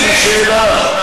אני אקח אותך חצי משבצת אחורה,